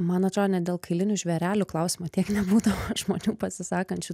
man atrodo ne dėl kailinių žvėrelių klausimo tiek nebūdavo žmonių pasisakančių